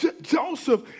Joseph